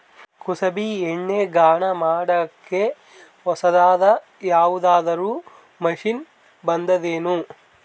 ಕುಸುಬಿ ಎಣ್ಣೆ ಗಾಣಾ ಮಾಡಕ್ಕೆ ಹೊಸಾದ ಯಾವುದರ ಮಷಿನ್ ಬಂದದೆನು?